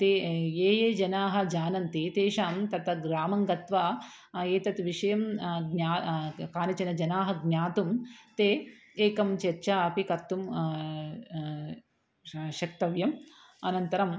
ते ये ये जनाः जानन्ति तेषां तत्र ग्रामं गत्वा एतत् विषयं ज्ञा कानीचन जनाः ज्ञातुं ते एकं चर्चाम् अपि कर्तुं श शक्तव्यम् अनन्तरम्